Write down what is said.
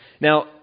Now